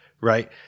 right